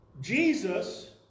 Jesus